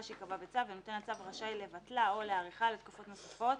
שיקבע בצו ונותן הצו רשאי לבטלו או להאריכו לתקופות נוספות,